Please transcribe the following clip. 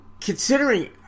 considering